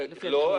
לא.